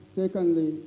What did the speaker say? secondly